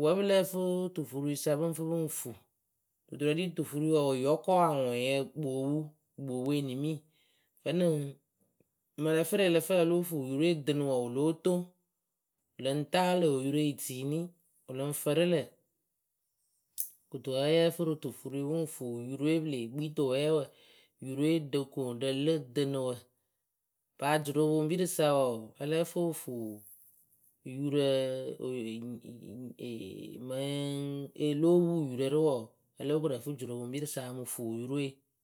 wɨ wǝ́ pɨ lǝ́ǝ fɨ tufuriwǝ sa pɨ ŋ fɨ pɨ ŋ fuu duturǝ ɖi tufuriwǝ wǝǝ wɨ yɔkɔ aŋʊŋyǝ kpoopu gboopu enimi vǝ́ nɨŋ mɨŋ ǝ lǝ fɨ rɨ a lóo fuu yurǝ we dɨnɨ wǝǝ wɨ lóo toŋ lɨŋ ta lö oyuroyǝ yɨ tiini wɨ lɨŋ fǝrɨ lǝ̈ paa juroŋpoŋpirǝ sa wǝǝ ǝ lǝ́ǝ fɨ o fuu yurǝ e lóo puu yurǝ rɨ wǝǝ o lóo koru ǝ fɨ juroŋpoŋpirǝ sa o mɨ fuu yurǝ we.